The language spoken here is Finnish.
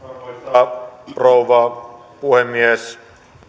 arvoisa rouva puhemies